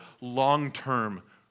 long-term